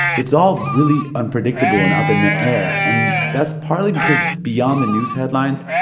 it's all really unpredictable and up in the air. and that's partly because beyond the news headlines,